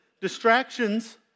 distractions